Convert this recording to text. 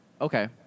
Okay